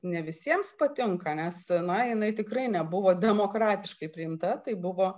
ne visiems patinka nes na jinai tikrai nebuvo demokratiškai priimta tai buvo